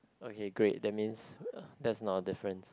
okay great that means that's not a difference